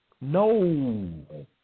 No